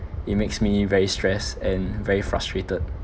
it makes me very stressed and very frustrated